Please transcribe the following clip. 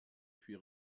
puis